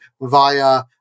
via